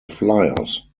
flyers